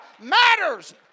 matters